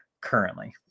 currently